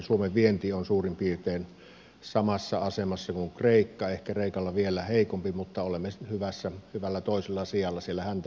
suomen vienti on suurin piirtein samassa asemassa kuin kreikan ehkä kreikalla vielä heikompi mutta olemme hyvällä toisella sijalla siellä häntäpäässä